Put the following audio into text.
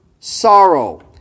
Sorrow